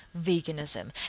veganism